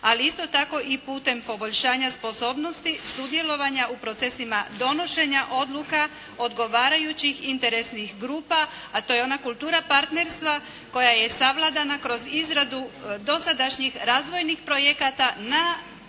ali isto tako i putem poboljšanja sposobnosti sudjelovanja u procesima donošenja odluka odgovarajućih interesnih grupa a to je ona kultura partnerstva koja je savladana kroz izradu dosadašnjih razvojnih projekata na